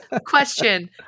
Question